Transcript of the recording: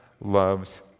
loves